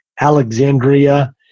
Alexandria